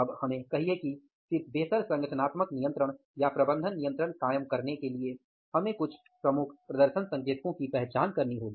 अब हमें कहिये कि सिर्फ बेहतर संगठनात्मक नियंत्रण या प्रबंधन नियंत्रण कायम करने के लिए हमें कुछ प्रमुख प्रदर्शन संकेतकों की पहचान करनी होगी